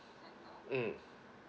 mm